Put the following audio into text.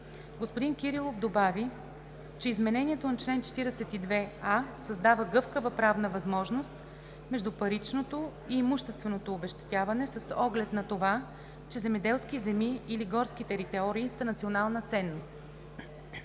Господин Кирилов добави, че изменението на чл. 42а създава гъвкава правна възможност между паричното и имущественото обезщетяване с оглед на това, че земеделски земи или горски територии са национална ценност.